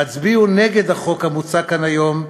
הצביעו נגד החוק המוצע כאן היום,